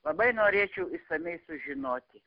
labai norėčiau išsamiai sužinoti